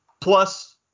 plus